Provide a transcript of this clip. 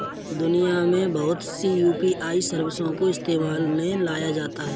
दुनिया में बहुत सी यू.पी.आई सर्विसों को इस्तेमाल में लाया जाता है